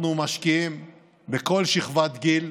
אנחנו משקיעים בכל שכבת גיל,